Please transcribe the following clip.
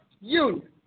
Union